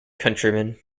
countrymen